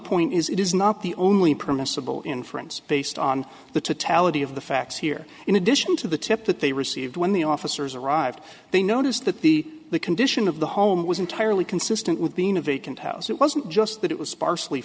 point is it is not the only permissible inference based on the taliban of the facts here in addition to the tip that they received when the officers arrived they noticed that the the condition of the home was entirely consistent with being a vacant house it wasn't just that it was sparsely